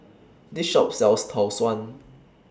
This Shop sells Tau Suan